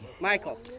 Michael